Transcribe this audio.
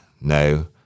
no